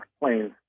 planes